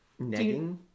Negging